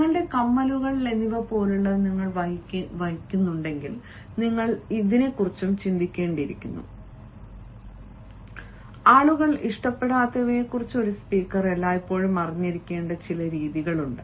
നിങ്ങൾ കമ്മലുകൾ സെല്ലുകൾ എന്നിവ പോലുള്ളവ വഹിക്കുന്നുണ്ടെന്നും നിങ്ങൾ ഓർമ്മിക്കേണ്ടതാണെന്നും മാത്രമല്ല ആളുകൾക്ക് ഇഷ്ടപ്പെടാത്തവയെക്കുറിച്ച് ഒരു സ്പീക്കർ എല്ലായ്പ്പോഴും അറിഞ്ഞിരിക്കേണ്ട ചില രീതികളുണ്ട്